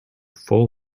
full